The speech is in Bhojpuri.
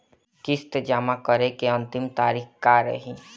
किस्त जमा करे के अंतिम तारीख का रही?